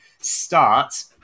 start